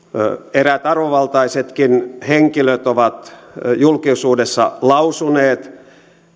eräät arvovaltaisetkin henkilöt ovat julkisuudessa lausuneet